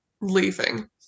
leaving